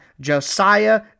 Josiah